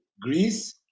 Greece